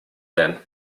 then